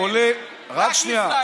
כולל, רק שנייה.